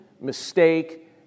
mistake